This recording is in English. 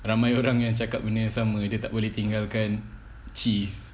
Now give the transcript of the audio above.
ramai orang yang cakap benda yang sama dia tak boleh tinggalkan cheese